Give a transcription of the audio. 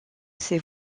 c’est